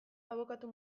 abokatu